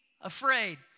afraid